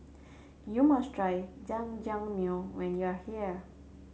you must try Jajangmyeon when you are here